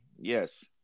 Yes